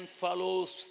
follows